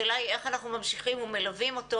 השאלה היא איך אנחנו ממשיכים ומלווים אותו